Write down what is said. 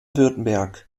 württemberg